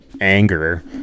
anger